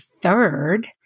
third